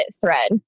thread